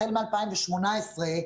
החל מ-2018,